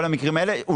כל המקרים האלה,